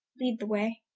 leade the way,